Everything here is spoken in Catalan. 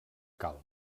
calma